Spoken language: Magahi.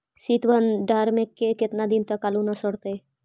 सित भंडार में के केतना दिन तक आलू न सड़तै?